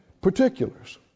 particulars